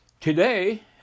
today